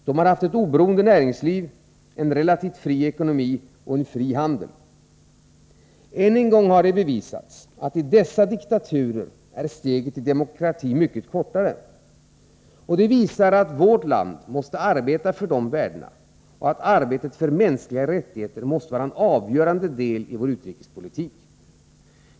De har haft ett oberoende näringsliv, en relativt fri ekonomi och en fri handel. Än en gång har det bevisats att steget till demokrati är mycket kortare i dessa diktaturer. Det visar att vårt land måste arbeta för dessa värden och att arbetet för mänskliga rättigheter måste vara en avgörande del i vår utrikespolitik.